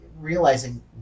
realizing